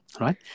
right